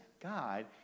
God